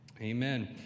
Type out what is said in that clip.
amen